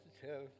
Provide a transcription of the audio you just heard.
positive